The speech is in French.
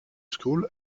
school